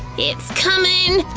it's comin',